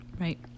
Right